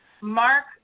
Mark